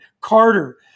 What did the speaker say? Carter